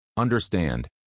Understand